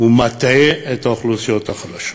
מטעה את האוכלוסיות החלשות,